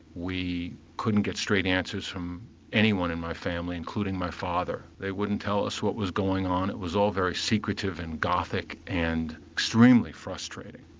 we couldn't get straight answers from anyone in my family including my father, they wouldn't tell us what was going on, it was all very secretive and gothic and extremely frustrating.